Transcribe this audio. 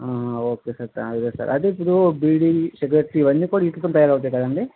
okay sir అదే sir అదే ఇప్పుడు బిడి సిగరెట్ లు ఇవన్నీ కూడా వీట్లతోనే తయారు అవుతాయి కదండీ